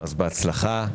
בהצלחה.